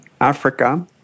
Africa